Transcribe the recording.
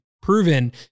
proven